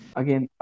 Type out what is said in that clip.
again